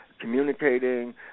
communicating